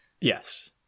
yes